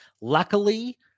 Luckily